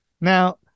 now